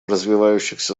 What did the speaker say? развивающихся